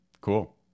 Cool